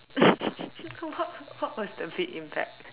what what was the big impact